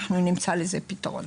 אנחנו נמצא לזה פתרון.